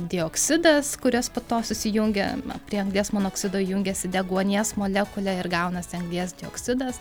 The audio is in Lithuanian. dioksidas kurios po to susijungia prie anglies monoksido jungiasi deguonies molekulė ir gaunasi anglies dioksidas